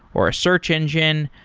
or a search engine,